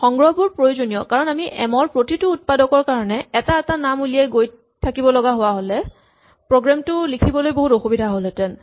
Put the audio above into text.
সংগ্ৰহবোৰ প্ৰয়োজনীয় কাৰণ আমি এম ৰ প্ৰতিটো উৎপাদকৰ কাৰণে এটা এটা নাম উলিয়াই গৈ থাকিব লগা হোৱা হ'লে প্ৰগ্ৰেম টো লিখিবলৈ বহুত অসুবিধা হ'লহেতেন